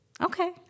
Okay